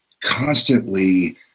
constantly